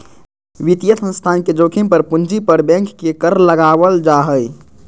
वित्तीय संस्थान के जोखिम पर पूंजी पर बैंक के कर लगावल जा हय